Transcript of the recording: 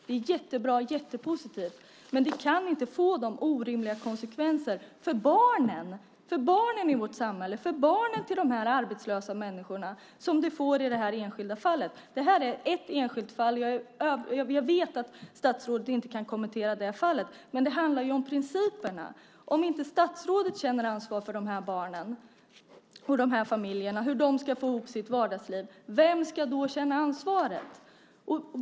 Det är jättebra och jättepositivt, men det kan inte få dessa orimliga konsekvenser för barnen i vårt samhälle, för barnen till de arbetslösa människorna, som det får i det här enskilda fallet. Det här är ett enskilt fall, och jag vet att statsrådet inte kan kommentera detta fall. Men det handlar ju om principerna. Om inte statsrådet känner ansvar för hur de här barnen och familjerna får ihop sitt vardagsliv, vem ska då känna ansvaret?